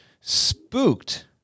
spooked